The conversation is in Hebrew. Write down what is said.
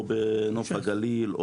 בנוף הגליל,